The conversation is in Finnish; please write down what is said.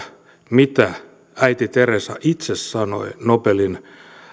mitä äiti teresa itse sanoi nobelin